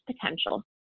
potential